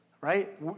right